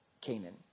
Canaan